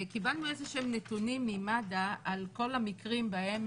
קיבלנו נתונים ממד"א על כל המקרים בהם